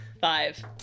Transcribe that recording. Five